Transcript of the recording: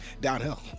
downhill